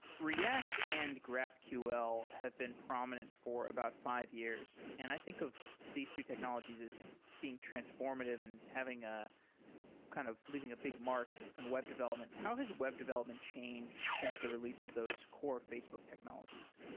react and graphql have been prominent for about five years, and i think of these two technologies as being transformative and having a kind of leaving a big mark in and web development. how has web development changed since the release of those core facebook technologies?